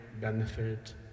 benefit